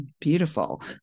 Beautiful